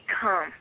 come